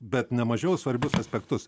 bet nemažiau svarbius aspektus